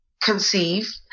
conceive